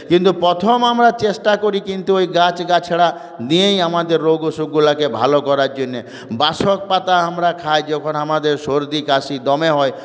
কিন্তু প্রথম আমরা চেষ্টা করি কিন্তু ওই গাছগাছরা দিয়েই আমাদের রোগ অসুখগুলোকে ভালো করার জন্যে বাসক পাতা আমরা খাই যখন আমাদের সর্দিকাশি দমে হয়